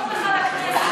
בשביל זה בחרו בך לכנסת.